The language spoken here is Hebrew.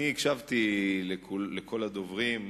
אני הקשבתי לכל הדוברים,